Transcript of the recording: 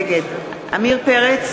נגד עמיר פרץ,